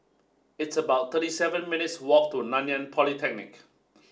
it's about thirty seven minutes' walk to Nanyang Polytechnic